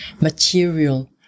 material